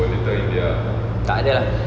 tak ada lah